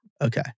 Okay